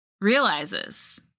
realizes